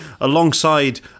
alongside